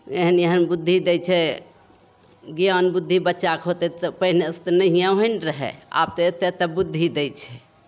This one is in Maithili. एहन एहन बुद्धि दै छै ज्ञान बुद्धि बच्चाके होतै तऽ पहिलेसे तऽ नहिए होइ ने रहै आब तऽ एतेक तऽ बुद्धि दै छै